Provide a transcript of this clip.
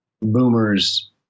boomers